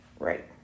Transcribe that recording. Right